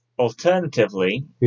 Alternatively